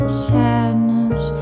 sadness